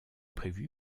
prévu